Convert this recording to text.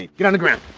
get on the ground!